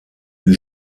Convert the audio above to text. eût